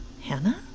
Hannah